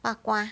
bak kwa